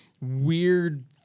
weird